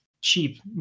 cheap